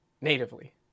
natively